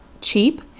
cheap